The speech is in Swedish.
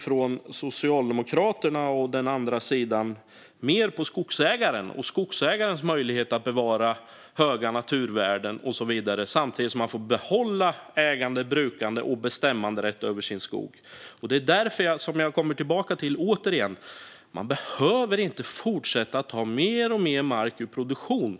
från den andra sidan inklusive Socialdemokraterna, på skogsägaren och hans möjlighet att bevara höga naturvärden och så vidare samtidigt som han får behålla ägande, brukande och bestämmanderätten över sin skog. Det är därför jag återkommer till att man inte behöver fortsätta att ta mer och mer mark ur produktion.